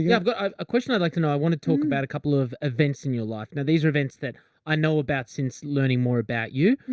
yeah i've got a question i'd like to know. i want to talk about a couple of events in your life now. these are events that i know about since learning more about you.